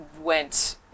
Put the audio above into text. went